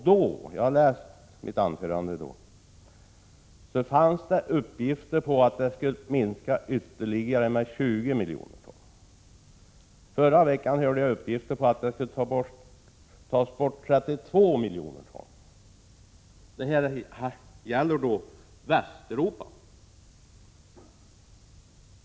Det har kommit uppgifter om att den skulle minska med ytterligare 20 miljoner ton, och i förra veckan hörde jag att det skulle tas bort 32 miljoner ton. Detta gäller alltså Västeuropa.